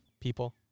people